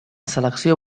selecció